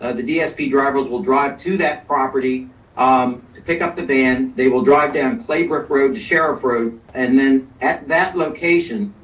ah the dsp drivers will drive to that property um to pick up the band, they will drive down playbook road to sheriff road. and then at that location,